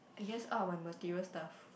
I think all my material stuff